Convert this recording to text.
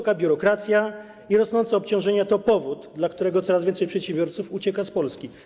Duża biurokracja i rosnące obciążenia to powody, dla których coraz więcej przedsiębiorców ucieka z Polski.